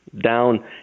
down